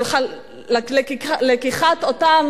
של לקיחת אותם